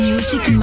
Music